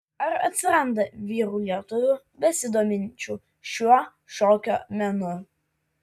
ar atsiranda vyrų lietuvių besidominčių šiuo šokio menu